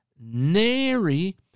Nary